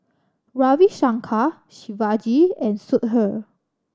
Ravi Shankar Shivaji and Sudhir